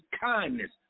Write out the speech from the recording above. kindness